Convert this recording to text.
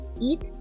eat